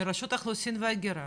לרשות האוכלוסין והגירה,